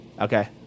Okay